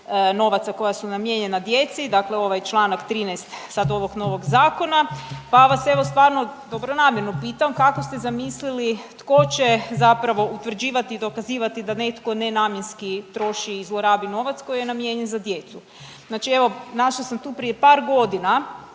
novaca koja su namijenjena djeci, dakle ovaj čl. 13 sad ovog novog zakona pa vas evo, stvarno dobronamjerno pitam, kako ste zamislili, tko će zapravo utvrđivati i dokazivati da netko nenamjenski troši i zlorabi novac koji je namijenjen za djecu? Znači evo, našla sam tu prije par godina